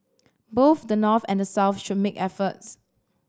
both the North and the South should make efforts